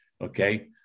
okay